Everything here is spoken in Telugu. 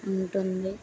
ఉంటుంది